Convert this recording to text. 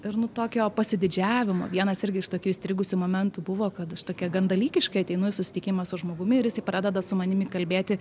ir nu tokio pasididžiavimo vienas irgi iš tokių įstrigusių momentų buvo kad aš tokia gan dalykiškai ateinu į susitikimą su žmogumi ir jisai pradeda su manimi kalbėti